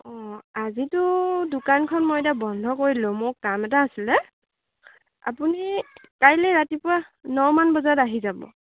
অঁ আজিতো দোকানখন মই এতিয়া বন্ধ কৰি দিলোঁ মোৰ কাম এটা আছিলে আপুনি কাইলৈ ৰাতিপুৱা ন মান বজাত আহি যাব